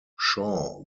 shaw